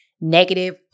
negative